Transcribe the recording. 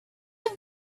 love